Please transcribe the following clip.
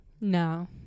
No